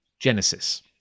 Genesis